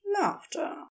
laughter